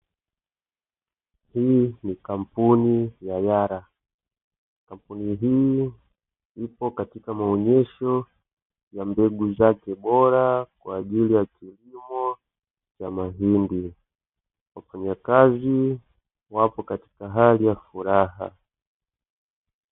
Hii ni kampuni ya Yara. Kampuni hii ipo katika maonyesho ya mbegu zake bora kwa ajili ya kilimo cha mahindi. Wafanyakazi wapo katika hali ya furaha.